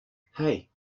hey